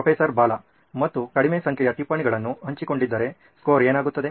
professor Bala ಮತ್ತು ಕಡಿಮೆ ಸಂಖ್ಯೆಯ ಟಿಪ್ಪಣಿಗಳನ್ನು ಹಂಚಿಕೊಂಡಿದ್ದರೆ ಸ್ಕೋರ್ ಏನಾಗುತ್ತದೆ